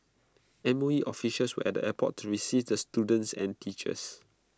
M O E officials were at the airport to receive the students and teachers